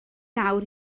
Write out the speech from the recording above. nawr